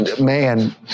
Man